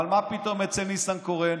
אבל מה פתאום אצל ניסנקורן?